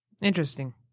interesting